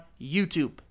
YouTube